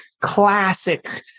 classic